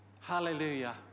Hallelujah